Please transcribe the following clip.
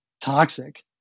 toxic